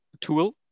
tool